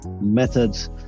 methods